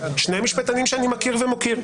שניהם משפטנים שאני מכיר ומוקיר,